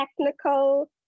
technical